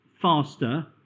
faster